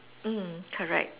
mm correct